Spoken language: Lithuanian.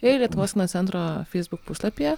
ir lietuvos kino centro feisbuk puslapyje